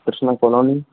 Krishna colony